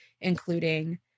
including